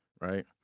right